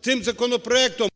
Цим законопроектом…